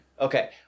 Okay